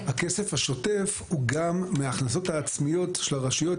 הכסף השוטף הוא גם מההכנסות העצמיות של הרשויות,